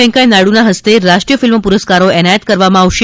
વેંકૈયા નાયડુના હસ્તે રાષ્ટ્રીય ફિલ્મ પુરસ્કારો એનાયત કરવામાં આવશે